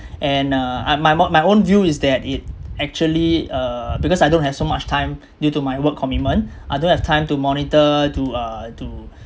and uh I my own my own view is that it actually uh because I don't have so much time due to my work commitment I don't have time to monitor to uh to